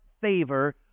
favor